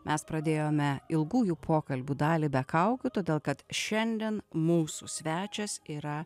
mes pradėjome ilgųjų pokalbių dalį be kaukių todėl kad šiandien mūsų svečias yra